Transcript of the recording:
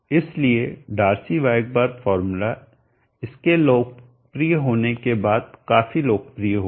इसलिए डार्सी वायकबार्र्क फॉर्मूला इसके लोकप्रिय होने के बाद काफी लोकप्रिय हो गया